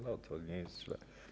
No to nie jest źle.